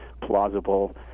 plausible